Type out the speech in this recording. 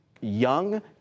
young